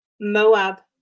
Moab